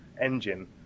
engine